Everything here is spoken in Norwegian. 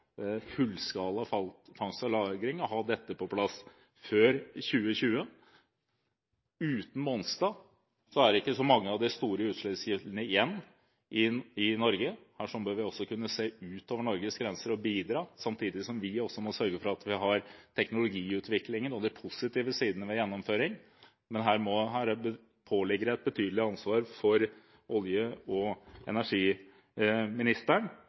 fangst og lagring og ha dette på plass før 2020. Uten Mongstad er det ikke så mange av de store utslippskildene igjen i Norge. Her bør vi altså kunne se utover Norges grenser og bidra, samtidig som vi også må sørge for at vi har teknologiutviklingen og de positive sidene ved gjennomføring. Her påligger det olje- og energiministeren et betydelig ansvar,